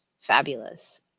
fabulous